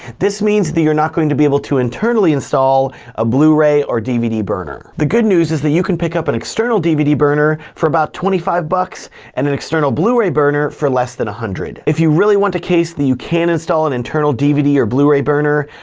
this means that you're not going to be able to internally install a blu-ray or dvd burner. the good news is that you can pick up an external dvd burner for about twenty five bucks and an external blu-ray burner for less than one hundred. if you really want a case that you can install an internal dvd or blu-ray burner,